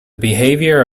behavior